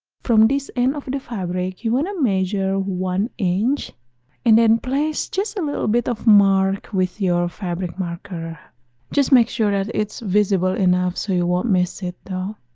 from this end of the fabric you want to measure one inch and then place just a little bit of mark with your fabric marker just make sure that it's visible enough so you won't miss it though